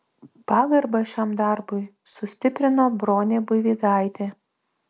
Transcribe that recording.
pagarbą šiam darbui sustiprino bronė buivydaitė